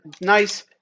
nice